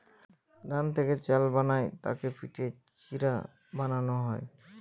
ধান থেকে চাল বানায় তাকে পিটে চিড়া বানানো হয়